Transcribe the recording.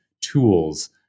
tools